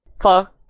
Fuck